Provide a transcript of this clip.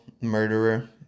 murderer